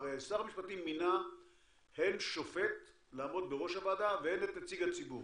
הרי שר המשפטים מינה הן שופט לעמוד בראש הוועדה והן את נציג הציבור